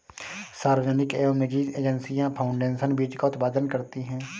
सार्वजनिक एवं निजी एजेंसियां फाउंडेशन बीज का उत्पादन करती है